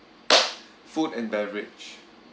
food and beverage